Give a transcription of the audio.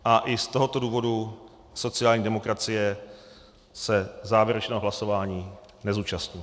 A i z tohoto důvodu sociální demokracie se závěrečného hlasování nezúčastní.